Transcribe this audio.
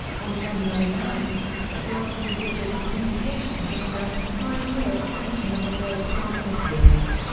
on january nine, the bills and rogers communications had announced a five-year extension of the bills toronto series.